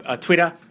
Twitter